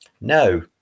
no